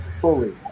fully